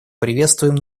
приветствуем